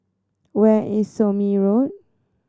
where is Somme Road